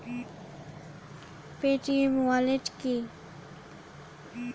Paytm wallet কি?